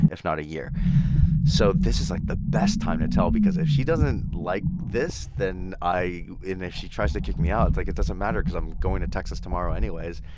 if not a year so this is, like, the best time to tell because if she doesn't like this then i and if she tries to kick me out it's, like, it doesn't matter because i'm going to texas tomorrow anyways.